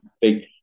big